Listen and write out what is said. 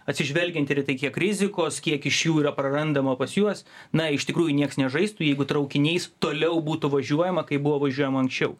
atsižvelgiant ir į tai kiek rizikos kiek iš jų yra prarandama pas juos na iš tikrųjų nieks nežaistų jeigu traukiniais toliau būtų važiuojama kaip buvo važiuojama anksčiau